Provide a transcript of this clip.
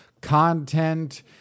content